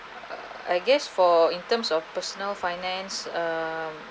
err I guess for in terms of personal finance um